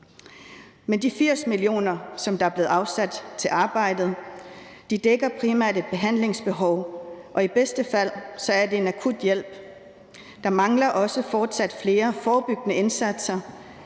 Men de 80 mio. kr., der er blevet afsat til arbejdet, dækker primært et behandlingsbehov, og i bedste fald er det en akut hjælp. Der mangler fortsat flere forebyggende indsatser.